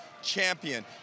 champion